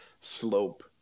slope